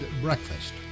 Breakfast